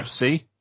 FC